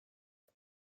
ich